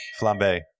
flambe